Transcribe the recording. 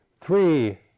three